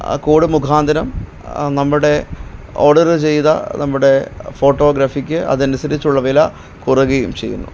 ആ കോഡ് മുഖാന്തരം നമ്മുടെ ഓഡറ് ചെയ്ത നമ്മുടെ ഫോട്ടോഗ്രഫിക്ക് അത് അനുസരിച്ചുള്ള വില കുറയുകയും ചെയ്യുന്നു